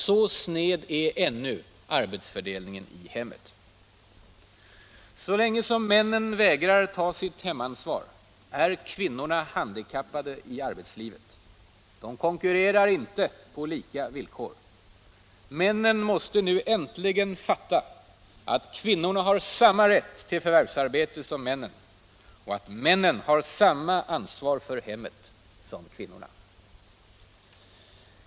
Så sned är ännu arbetsfördelningen i hemmet. Så länge männen vägrar ta sitt hemansvar är kvinnorna handikappade i arbetslivet. De konkurrerar inte på lika villkor. Männen måste nu äntligen fatta att kvinnorna har samma rätt till förvärvsarbete som männen och att männen har samma ansvar för hemmet som kvinnorna.